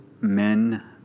men